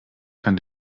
kann